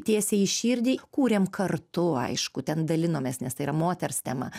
tiesiai į širdį kūrėm kartu aišku ten dalinomės nes tai yra moters tema